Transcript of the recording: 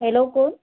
hello कोण